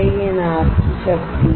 यह नाव की शक्ति है